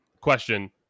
question